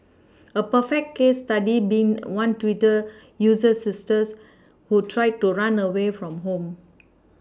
a perfect case study being one Twitter user's sister who tried to run away from home